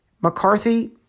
McCarthy